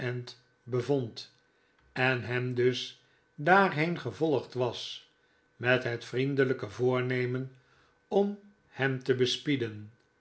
bevond en hem dus daarheen gevolgd was met het vriendelijke voornemen om hem te bespieden